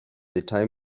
detail